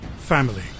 Family